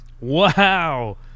Wow